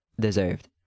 deserved